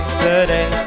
today